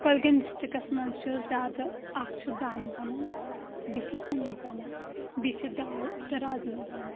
کۄلگٲمۍ ڈِسٹرکٹس منٛز چھ زیادٕ اکھ چھُ دانہِ بنان بیٚیہِ چھ ژوٗنٹھۍ بنان بیٚیہِ چھِ دال تہٕ رازما بنان